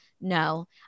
no